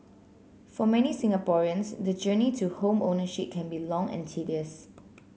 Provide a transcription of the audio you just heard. for many Singaporeans the journey to home ownership can be long and tedious